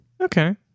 Okay